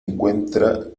encuentra